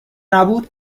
نبود